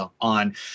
on